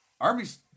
Army's